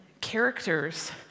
characters